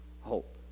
hope